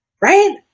Right